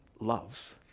loves